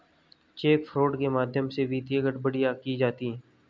check fraud के माध्यम से वित्तीय गड़बड़ियां की जाती हैं